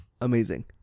amazing